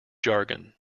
jargon